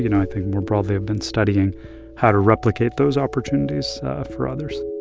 you know i think more broadly, have been studying how to replicate those opportunities for others